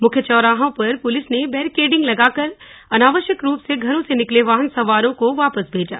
मुख्य चौराहों पर पुलिस ने बेरिकेडिंग लगाकर अनावश्यक रूप से घरों से निकले वाहन सवारों को वापस भेजा